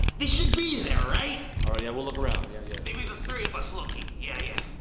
they should be there, right? all right yeah, we'll look around, yeah, yeah. maybe the three of us looking, yeah, yeah.